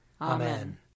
Amen